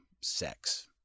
sex